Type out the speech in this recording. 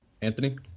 Anthony